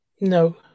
No